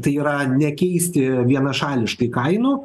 tai yra nekeisti vienašališkai kainų